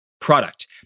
product